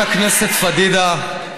חברת הכנסת פדידה,